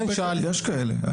יש כאלה.